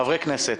חברי הכנסת,